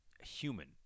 human